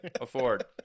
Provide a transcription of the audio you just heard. afford